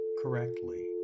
correctly